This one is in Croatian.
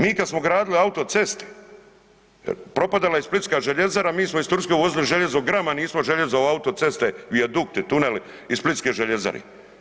Mi kada smo gradili autoceste propadala je Splitska željezara mi smo iz Turske uvozili željezo grama nismo u autoceste, vijadukte, tunel iz Splitske željezare.